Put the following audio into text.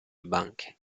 banche